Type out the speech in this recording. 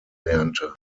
lernte